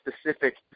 specific